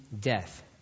death